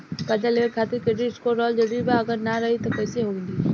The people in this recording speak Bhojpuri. कर्जा लेवे खातिर क्रेडिट स्कोर रहल जरूरी बा अगर ना रही त कैसे मिली?